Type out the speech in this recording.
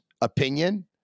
opinion